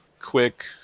quick